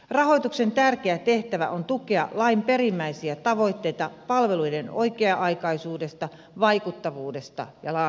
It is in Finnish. rahoituksen tärkeä tehtävä on tukea lain perimmäisiä tavoitteita palveluiden oikea aikaisuudesta vaikuttavuudesta ja laadusta